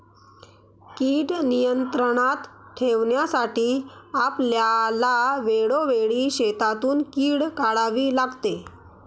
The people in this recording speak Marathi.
कीड नियंत्रणात ठेवण्यासाठी आपल्याला वेळोवेळी शेतातून कीड काढावी लागते